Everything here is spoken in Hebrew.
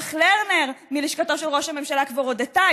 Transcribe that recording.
פרח לרנר מלשכתו של ראש הממשלה כבר הודתה.